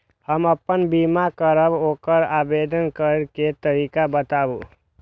हम आपन बीमा करब ओकर आवेदन करै के तरीका बताबु?